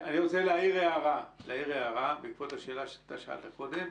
אני רוצה להעיר הערה בעקבות השאלה שאתה שאלת קודם,